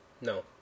No